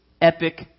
epic